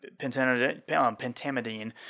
pentamidine